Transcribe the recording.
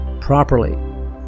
properly